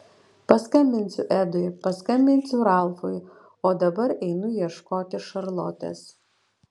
paskambinsiu edui paskambinsiu ralfui o dabar einu ieškoti šarlotės